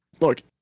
look